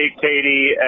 Katie